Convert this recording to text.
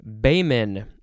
bayman